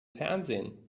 fernsehen